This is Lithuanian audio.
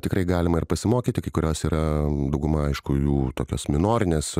tikrai galima ir pasimokyti kai kurios yra dauguma aišku jų tokios minorinės